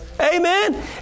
Amen